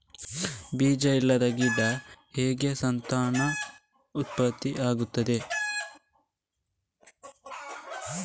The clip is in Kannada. ಬೀಜ ಇಲ್ಲದ ಗಿಡಗಳ ಸಂತಾನ ಹೇಗೆ ಉತ್ಪತ್ತಿ ಆಗುತ್ತದೆ?